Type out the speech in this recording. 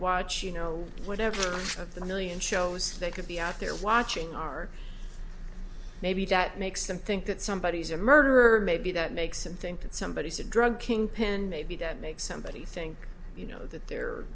watch you know whatever of the million shows they could be out there watching are maybe that makes them think that somebody is a murderer maybe that makes them think that somebody said drug kingpin maybe that makes somebody think you know that they're